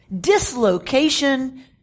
dislocation